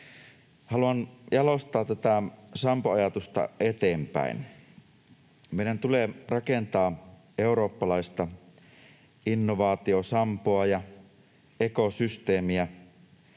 Haluan jalostaa tätä sampoajatusta eteenpäin. Meidän tulee rakentaa eurooppalaista innovaatiosampoa ja ekosysteemiä,